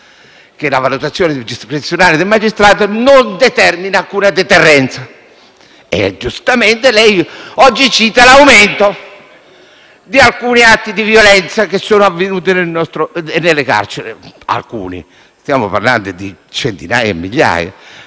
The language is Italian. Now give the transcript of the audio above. che la valutazione discrezionale del magistrato non determina alcuna deterrenza. E giustamente lei oggi cita l'aumento di alcuni atti di violenza avvenuti nelle carceri. Ho detto alcuni, ma stiamo parlando di centinaia, migliaia,